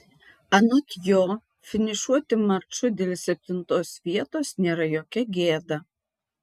anot jo finišuoti maču dėl septintos vietos nėra jokia gėda